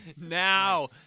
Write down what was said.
Now